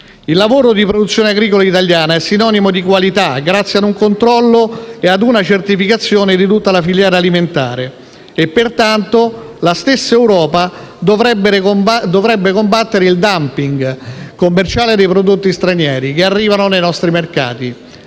Il lavoro di produzione agricola italiana è sinonimo di qualità, grazie a un controllo e a una certificazione di tutta la filiera alimentare e, pertanto, la stessa Europa dovrebbe combattere il *dumping* commerciale dei prodotti stranieri che arrivano nei nostri mercati,